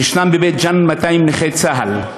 ויש בבית-ג'ן 200 נכי צה"ל.